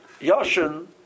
Yashin